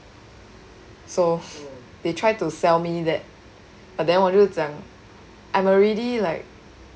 so they tried to sell me that but then 我就讲